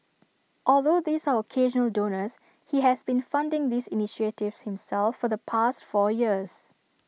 although these are occasional donors he has been funding these initiatives himself for the past four years